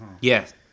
Yes